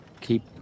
keep